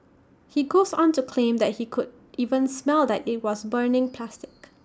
he goes on to claim that he could even smell that IT was burning plastic